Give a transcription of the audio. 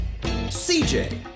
CJ